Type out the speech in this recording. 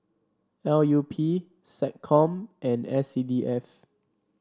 L U P SecCom and S C D F